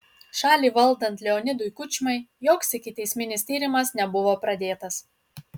šalį valdant leonidui kučmai joks ikiteisminis tyrimas nebuvo pradėtas